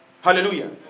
Hallelujah